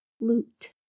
loot